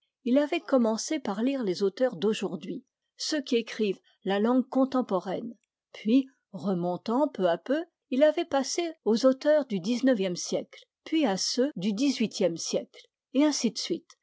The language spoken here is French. il avait commencé par lire les auteurs d'aujourd'hui ceux qui écrivent la langue contemporaine puis remontant peu à peu il avait passé aux auteurs du xixe siècle puis à ceux du xviiie siècle et ainsi de suite